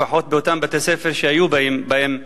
לפחות באותם בתי-ספר שהיו בהם אחיות?